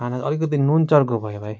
खाना अलिकति नुन चर्को भयो भाइ